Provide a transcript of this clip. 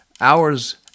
Hours